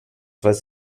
weiß